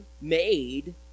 made